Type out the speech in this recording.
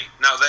No